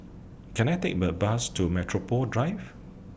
Can I Take The Bus to Metropole Drive